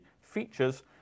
features